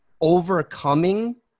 overcoming